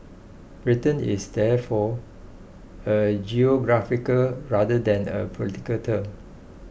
Britain is therefore a geographical rather than a political term